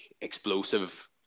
explosive